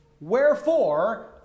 Wherefore